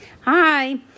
Hi